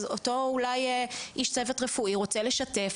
אז אותו אולי איש צוות רפואי רוצה לשתף,